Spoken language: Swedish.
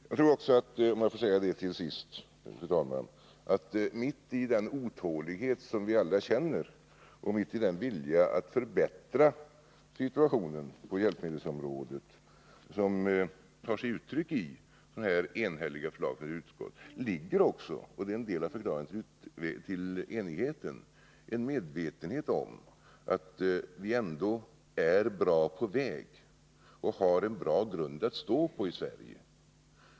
Jag tror också — om jag får säga det till sist, fru talman — att mitt i den otålighet som vi alla känner och mitt i den vilja att förbättra situationen på hjälpmedelsområdet, som tar sig uttryck i sådana här enhälliga förslag från ett utskott och som är en del av förklaringen till enigheten, finns en medvetenhet om att vi ändå är bra på väg och har en bra grund att stå på i Sverige.